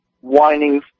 whining